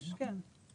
כן.